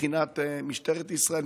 מבחינת משטרת ישראל,